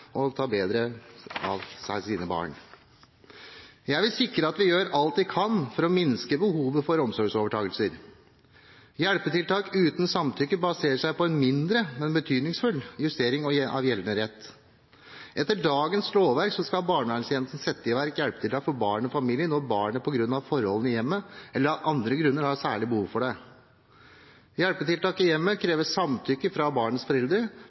ta seg bedre av sine barn. Jeg vil sikre at vi gjør alt vi kan for å minske behovet for omsorgsovertakelser. Hjelpetiltak uten samtykke baserer seg på en mindre, men betydningsfull justering av gjeldende rett. Etter dagens lovverk skal barnevernstjenesten sette i verk hjelpetiltak for barnet og familien når barnet – på grunn av forholdene i hjemmet eller av andre grunner – har særlig behov for det. Hjelpetiltak i hjemmet krever samtykke fra barnets